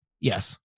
Yes